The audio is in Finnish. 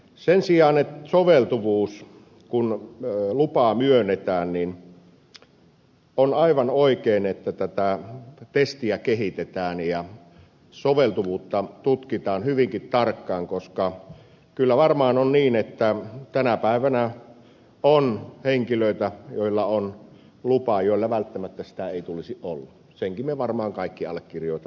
sen sijaan soveltuvuudesta puhuttaessa kun lupa myönnetään niin on aivan oikein että tätä testiä kehitetään ja soveltuvuutta tutkitaan hyvinkin tarkkaan koska kyllä varmaan on niin että tänä päivänä on henkilöitä joilla on lupa mutta joilla välttämättä sitä ei tulisi olla senkin me varmaan kaikki allekirjoitamme